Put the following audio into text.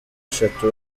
eshatu